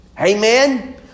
Amen